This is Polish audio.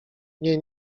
nie